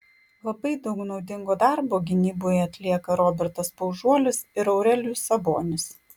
labai daug naudingo darbo gynyboje atlieka robertas paužuolis ir aurelijus sabonis